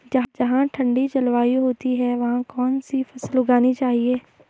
जहाँ ठंडी जलवायु होती है वहाँ कौन सी फसल उगानी चाहिये?